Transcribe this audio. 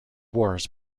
wars